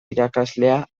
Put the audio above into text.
irakaslea